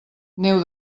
neu